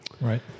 Right